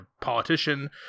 politician